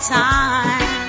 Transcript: time